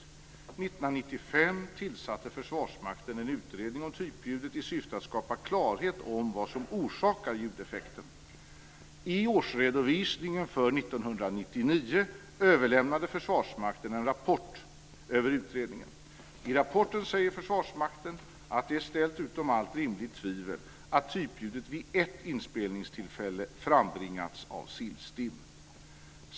1995 tillsatte Försvarsmakten en utredning om typljudet i syfte att skapa klarhet i vad som orsakar ljudeffekten. I årsredovisningen för 1999 överlämnade Försvarsmakten en rapport över utredningen. I rapporten säger Försvarsmakten att det är ställt utom allt rimligt tvivel att typljudet vid ett inspelningstillfälle frambringats av sillstim.